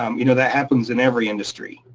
um you know that happens in every industry,